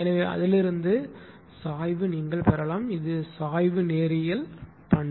எனவே அதிலிருந்து சாய்வு நீங்கள் பெறலாம் இது சாய்வு நேரியல் பண்பு